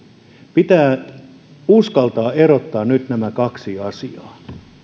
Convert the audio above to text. pitää uskaltaa erottaa nyt nämä kaksi asiaa